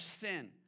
sin